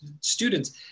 students